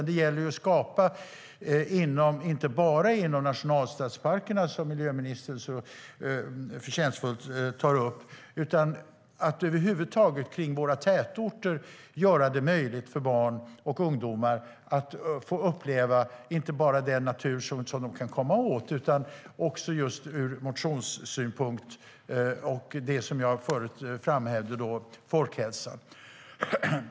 Det gäller att inte bara inom nationalstadsparkerna, som miljöministern så förtjänstfullt tar upp, utan över huvud taget göra det möjligt för barn och ungdomar att kring våra tätorter få uppleva den natur som de kan komma åt men också uppleva naturen ur motionssynpunkt och, som jag tidigare framhöll, som en del av folkhälsan.